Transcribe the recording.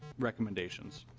recommendations.